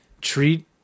Treat